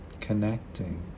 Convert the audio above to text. connecting